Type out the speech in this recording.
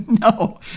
no